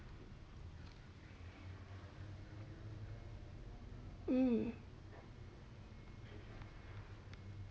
mm